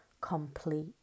complete